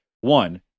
one